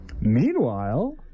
Meanwhile